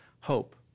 hope